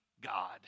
God